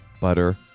butter